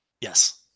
Yes